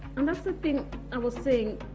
um that's the thing i was saying,